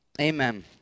amen